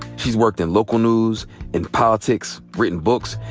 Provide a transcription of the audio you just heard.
she's worked in local news and politics, written books,